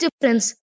difference